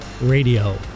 Radio